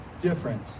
different